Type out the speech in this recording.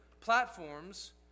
platforms